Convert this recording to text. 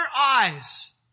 eyes